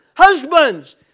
Husbands